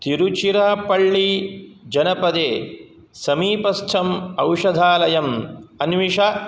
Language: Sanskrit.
तिरुचिरापल्ली जनपदे समीपस्थम् औषधालयम् अन्विष